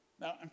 Now